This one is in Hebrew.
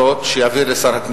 כבוד השר,